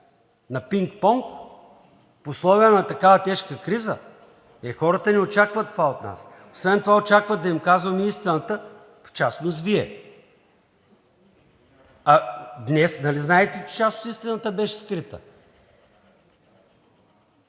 На пинг-понг в условия на такава тежка криза? Хората не очакват това от нас. Освен това очакват да им казваме истината, в частност – Вие. А днес, нали знаете, че част от истината беше скрита?